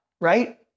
right